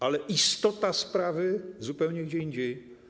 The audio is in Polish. Ale istota sprawy tkwi zupełnie gdzie indziej.